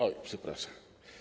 Oj, przepraszam.